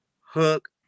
hook